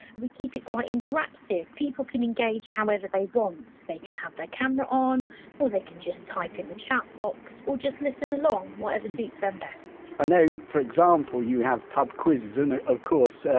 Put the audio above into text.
we keep it quite interactive people can engage however they want they can have their camera on or they can just type in the chat box or just listen along whatever suits them best i know, for example, you have pub quizzes and ah of course,